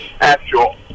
actual